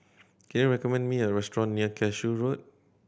can you recommend me a restaurant near Cashew Road